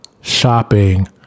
shopping